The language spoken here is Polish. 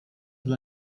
dla